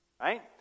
Right